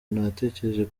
nategereje